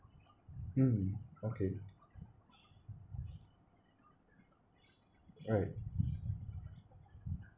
mm okay alright